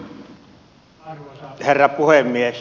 arvoisa herra puhemies